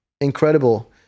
incredible